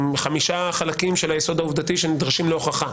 חמישה חלקים של היסוד העובדתי שנדרשים להוכחה,